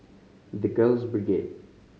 The Girls Brigade